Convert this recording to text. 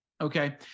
Okay